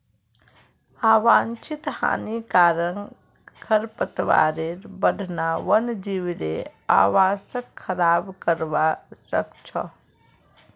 आवांछित हानिकारक खरपतवारेर बढ़ना वन्यजीवेर आवासक खराब करवा सख छ